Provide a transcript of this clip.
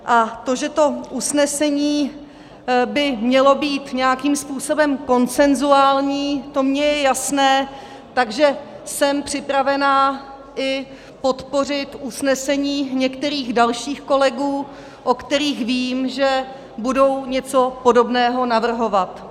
A to, že to usnesení by mělo být nějakým způsobem konsenzuální, to mně je jasné, takže jsem připravená i podpořit usnesení některých dalších kolegů, o kterých vím, že budou něco podobného navrhovat.